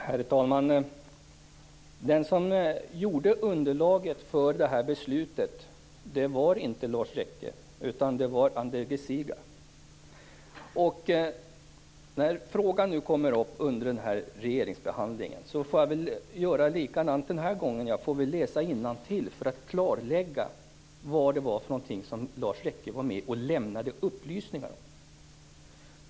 Herr talman! Den som gjorde underlaget för det här beslutet var inte Lars Rekke. Det var Andreas När frågan om den här regeringsbehandlingen kommer upp får jag väl göra likadant igen, dvs. jag får väl läsa innantill för att klarlägga vad det var som Lars Rekke var med och lämnade upplysningar om.